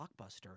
Blockbuster